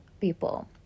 people